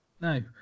No